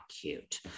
cute